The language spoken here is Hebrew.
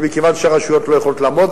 מכיוון שהרשויות לא יכולות לעמוד.